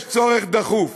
יש צורך דחוף